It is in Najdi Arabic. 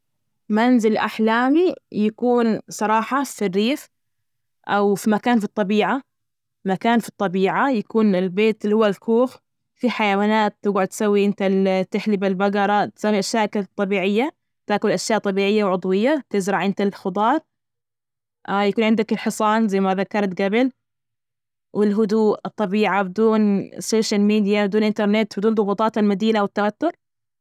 منزل أحلامي يكون صراحة فى الريف، أو في مكان في الطبيعة، مكان في الطبيعة، يكون البيت إللي هو الكوخ في حيوانات، تجعد تسوي إنت ال تحلب البجرة، تسوي أشياء طبيعية، تأكل أشياء طبيعية وعضوية، تزرع أنت الخضار. يكون عندك الحصان زي ما ذكرت جبل والهدوء، الطبيعة بدون سوشيال ميديا، بدون إنترنت، بدون ضغوطات المدينة والتوتر.